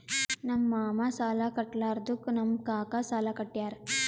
ನಮ್ ಮಾಮಾ ಸಾಲಾ ಕಟ್ಲಾರ್ದುಕ್ ನಮ್ ಕಾಕಾ ಸಾಲಾ ಕಟ್ಯಾರ್